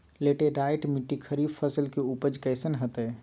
Laterite मिट्टी खरीफ फसल के उपज कईसन हतय?